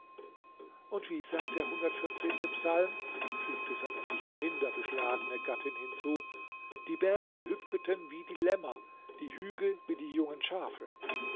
und wie sagt der psalm fügte seine nicht minder beschlagene gattin hinzu die berge hüpfeten wie die lämmer die hügel wie die jungen schafe